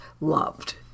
loved